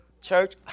Church